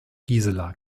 gisela